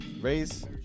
Raise